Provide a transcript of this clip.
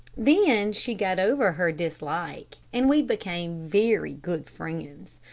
then she got over her dislike and we became very good friends.